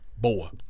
Boy